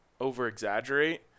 over-exaggerate